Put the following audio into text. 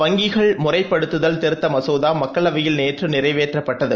வங்கிகள் முறைப்படுத்துதல் திருத்த மசோதா மக்களவையில் நேற்று நிறைவேற்றப்பட்டது